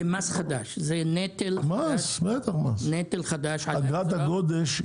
זה מס חדש, זה נטל חדש על הציבור.